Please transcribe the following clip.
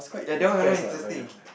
ya that one right now interesting